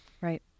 Right